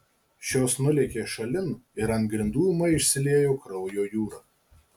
šios nulėkė šalin ir ant grindų ūmai išsiliejo kraujo jūra